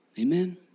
amen